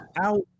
out